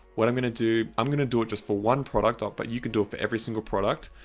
what i'm going to do, i'm going to do it just for one product ah but you can do it for every single product.